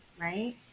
Right